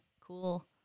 cool